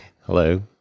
hello